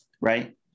right